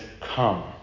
come